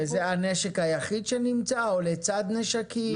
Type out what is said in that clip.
זה הנשק היחיד שנמצא או לצד נשקים?